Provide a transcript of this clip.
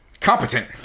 competent